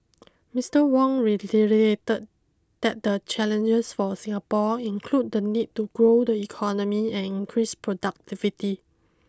Mister Wong reiterated that the challenges for Singapore include the need to grow the economy and increase productivity